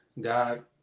God